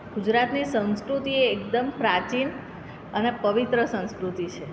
ગુજરાતની સંસ્કૃતિ એ એકદમ પ્રાચીન અને પવિત્ર સંસ્કૃતિ છે